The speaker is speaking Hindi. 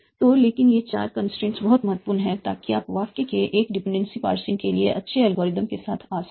तो लेकिन ये चार कंस्ट्रेंट बहुत महत्वपूर्ण हैं ताकि आप वाक्य के एक डिपेंडेंसी पार्सिंग के लिए अच्छे एल्गोरिदम के साथ आ सकें